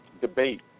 debate